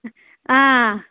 آ